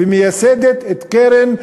ומייסדת את קרן ההיי-טק.